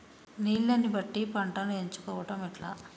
నీళ్లని బట్టి పంటను ఎంచుకోవడం ఎట్లా?